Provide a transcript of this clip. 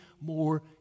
more